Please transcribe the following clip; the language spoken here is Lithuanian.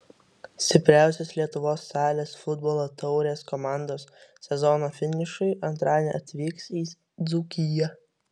stipriausios lietuvos salės futbolo taurės komandos sezono finišui antradienį atvyks į dzūkiją